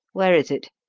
where is it?